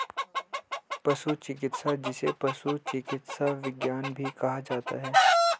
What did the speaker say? पशु चिकित्सा, जिसे पशु चिकित्सा विज्ञान भी कहा जाता है